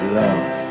love